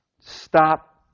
Stop